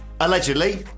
Allegedly